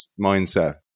Mindset